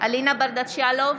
אלינה ברדץ' יאלוב,